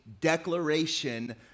declaration